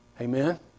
Amen